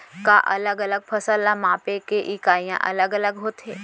का अलग अलग फसल ला मापे के इकाइयां अलग अलग होथे?